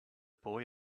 boy